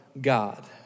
God